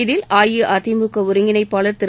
இதில் அஇஅதிமுக ஒருங்கிணைப்பாளர் திரு